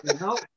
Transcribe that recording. No